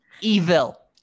evil